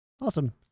awesome